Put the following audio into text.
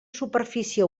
superfície